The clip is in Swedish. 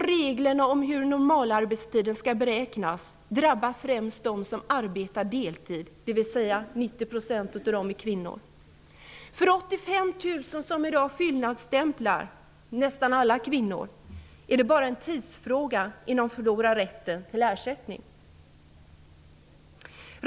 Reglerna om hur normalarbetstiden skall beräknas drabbar främst dem som arbetar deltid; 90 % av dem är kvinnor. För 85 000 personer som i dag fyllnadsstämplar -- nästan alla kvinnor -- är det bara en tidsfråga innan de förlorar rätten till ersättning.